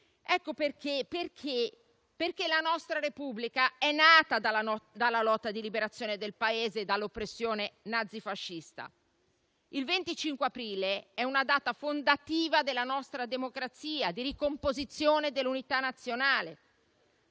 richiamavo. La nostra Repubblica è nata dalla lotta di liberazione del Paese dall'oppressione nazifascista. Il 25 aprile è una data fondativa della nostra democrazia, di ricomposizione dell'unità nazionale;